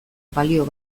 balio